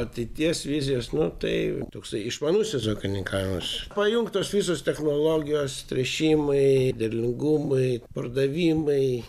ateities vizijas nu tai toksai išmanusis ūkininkavimas pajungtos visos technologijos tręšimai derlių gumbai pardavimai